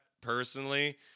personally